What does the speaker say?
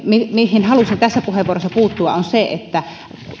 mihin halusin tässä puheenvuorossa puuttua on se että